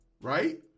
right